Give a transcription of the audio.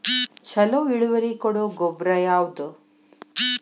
ಛಲೋ ಇಳುವರಿ ಕೊಡೊ ಗೊಬ್ಬರ ಯಾವ್ದ್?